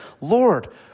Lord